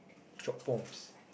short forms